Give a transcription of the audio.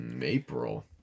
April